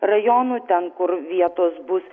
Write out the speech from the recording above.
rajonų ten kur vietos bus